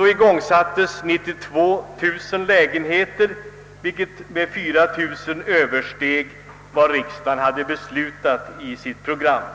igångsattes 92000 lägenheter, vilket med 4000 översteg det antal som riksdagen beslutat.